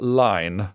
line